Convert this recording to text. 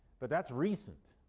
but that's recent.